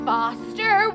Foster